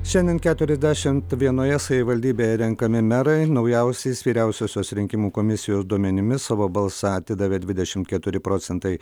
šiandien keturiasdešimt vienoje savivaldybėje renkami merai naujausiais vyriausiosios rinkimų komisijos duomenimis savo balsą atidavė dvidešimt keturi procentai